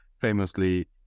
famously